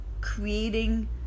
creating